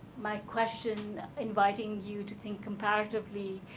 might question inviting you to think comparatively,